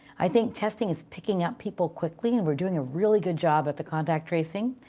i think testing is picking up people quickly and we're doing a really good job at the contact tracing.